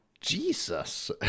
Jesus